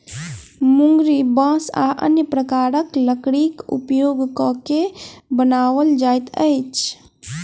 मुंगरी बाँस आ अन्य प्रकारक लकड़ीक उपयोग क के बनाओल जाइत अछि